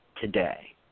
today